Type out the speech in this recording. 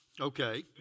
Okay